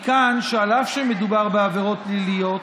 מכאן שאף שמדובר בעבירות פליליות,